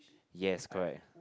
yes correct